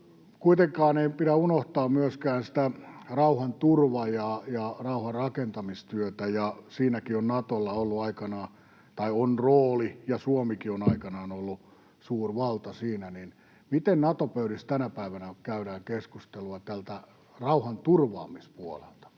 Kuitenkaan ei pidä unohtaa myöskään rauhanturvaajaa ja rauhanrakentamistyötä, ja siinäkin on Natolla rooli, ja Suomikin on aikanaan ollut suurvalta siinä. Miten Nato-pöydissä tänä päivänä käydään keskustelua tältä rauhanturvaamispuolelta?